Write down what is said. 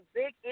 big